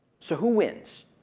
so who wins?